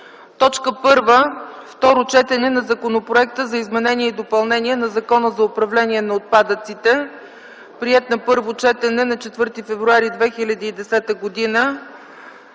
2010 г.: 1. Второ четене на Законопроекта за изменение и допълнение на Закона за управление на отпадъците, приет на първо четене на 4 февруари 2010 г.